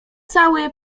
cały